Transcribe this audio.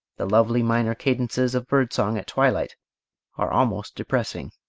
the lovely minor cadences of bird song at twilight are almost depressing.